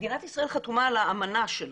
מדינת ישראל חתומה על האמנה שלה,